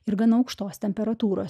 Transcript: ir gana aukštos temperatūros